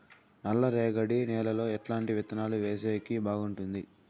నల్లరేగడి నేలలో ఎట్లాంటి విత్తనాలు వేసేకి బాగుంటుంది?